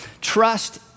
trust